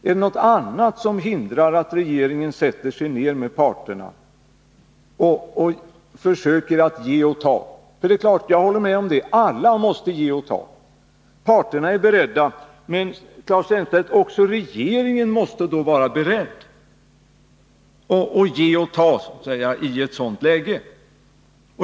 Är det något annat som hindrar att regeringen sätter sig ner med parterna och försöker att ge och ta? Det är klart — jag håller med om att alla måste ge och ta. Parterna är beredda, men Claes Elmstedt, också regeringen måste då vara beredd att ge och ta i ett sådant läge.